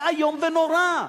זה איום ונורא.